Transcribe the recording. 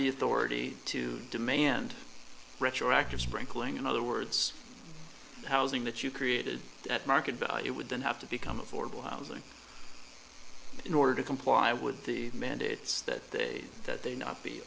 the authority to demand retroactive sprinkling in other words housing that you created at market but it would then have to become affordable housing in order to comply with the mandates that they that they not be